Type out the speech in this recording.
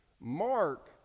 Mark